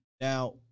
Now